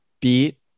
beat